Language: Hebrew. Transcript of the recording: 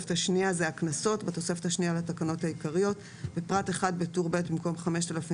בתוספת השנייה לתקנות העיקריות בפרט 1 בטור ב' במקום 5,000